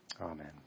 Amen